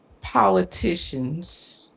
politicians